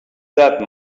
that